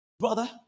brother